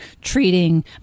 treating